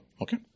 okay